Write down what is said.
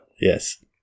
Yes